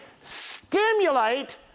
stimulate